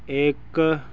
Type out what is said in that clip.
ਇੱਕ